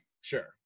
Sure